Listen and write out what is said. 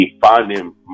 finding